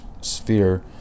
sphere